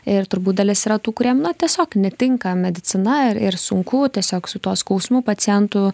ir turbūt dalis yra tų kuriem na tiesiog netinka medicina ir ir sunku tiesiog su tuo skausmu pacientų